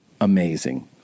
amazing